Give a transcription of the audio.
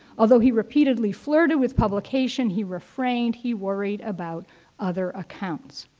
although he repeatedly flirted with publication he refrained, he worried about other accounts.